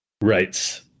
Right